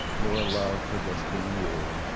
you're loved for just being you.